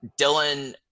Dylan